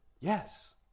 Yes